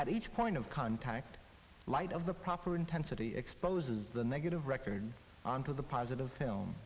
at each point of contact light of the proper intensity exposes the negative record onto the positive hil